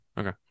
okay